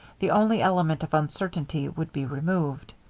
the only element of uncertainty would be removed.